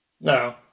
No